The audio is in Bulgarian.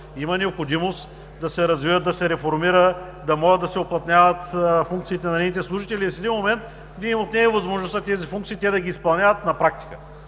има необходимост да се развива, да се реформира, да може да се уплътняват функциите на неговите служители и в един момент Вие им отнемате възможността тези функции те да ги изпълняват на практика.